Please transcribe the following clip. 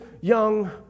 young